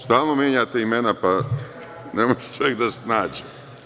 Stalno menjate imena, pa ne može čovek da se snađe.